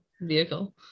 vehicle